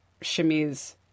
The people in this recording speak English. Shamiz